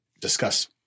discuss